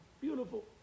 beautiful